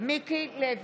מיקי לוי,